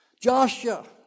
Joshua